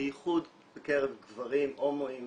בייחוד בקרב גברים הומואים